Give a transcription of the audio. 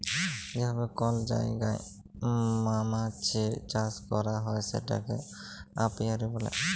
যে ভাবে কল জায়গায় মমাছির চাষ ক্যরা হ্যয় সেটাকে অপিয়ারী ব্যলে